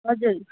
हजुर